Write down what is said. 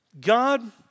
God